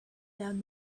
down